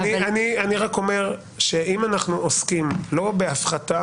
אני רק אומר שאם אנחנו עוסקים לא בהפחתה